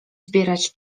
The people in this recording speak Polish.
zbierać